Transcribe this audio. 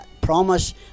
promise